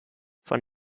von